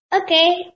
Okay